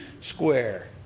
square